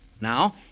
Now